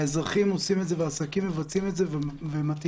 האזרחים עושים את זה והעסקים מבצעים את זה ומטילים